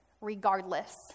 regardless